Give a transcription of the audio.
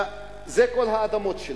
זה כל האדמות שלהם.